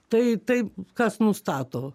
tai tai kas nustato